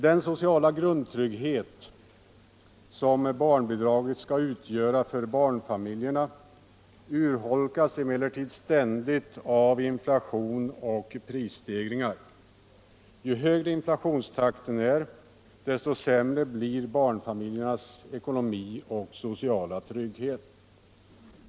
Den sociala grundtrygghet som barnbidraget skall utgöra för barnfamiljerna urholkas emellertid ständigt av inflation och prisstegringar. Ju högre inflationstakten är, desto sämre blir barnfamiljernas ekonomi och sociala trygghet.